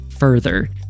further